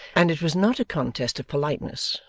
and it was not a contest of politeness,